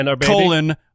colon